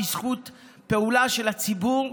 בזכות פעולה של הציבור,